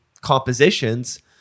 compositions